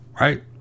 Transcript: Right